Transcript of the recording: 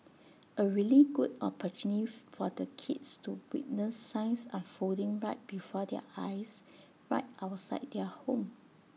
A really good opportunity for the kids to witness science unfolding right before their eyes right outside their home